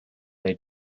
they